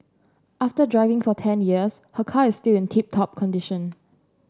after driving for ten years her car is still in tip top condition